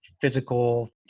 physical